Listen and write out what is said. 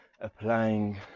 applying